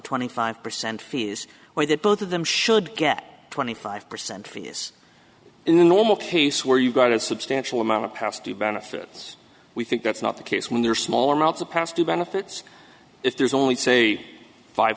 twenty five percent fees or that both of them should get twenty five percent fee is in the normal case where you got a substantial amount of pasti benefits we think that's not the case when they're small amounts of past due benefits if there's only say five